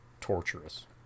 torturous